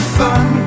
fun